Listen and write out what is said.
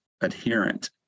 adherent